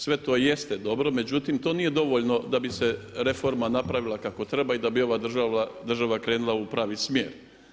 Sve to jeste dobro, međutim to nije dovoljno da bi se reforma napravila kako treba i da bi ova država krenula u pravi smjer.